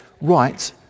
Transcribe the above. right